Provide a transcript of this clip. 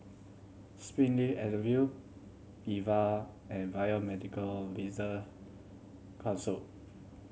Springleaf Avenue Viva and Biomedical Research Council